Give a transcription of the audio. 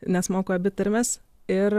nes moku abi tarmes ir